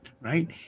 Right